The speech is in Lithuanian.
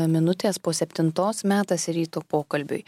minutės po septintos metas ryto pokalbiui